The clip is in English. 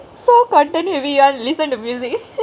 so content heavy you want to listen to music